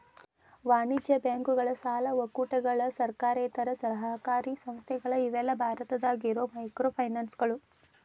ವಾಣಿಜ್ಯ ಬ್ಯಾಂಕುಗಳ ಸಾಲ ಒಕ್ಕೂಟಗಳ ಸರ್ಕಾರೇತರ ಸಹಕಾರಿ ಸಂಸ್ಥೆಗಳ ಇವೆಲ್ಲಾ ಭಾರತದಾಗ ಇರೋ ಮೈಕ್ರೋಫೈನಾನ್ಸ್ಗಳು